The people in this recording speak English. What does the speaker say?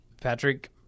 Patrick